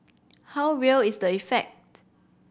how real is the effect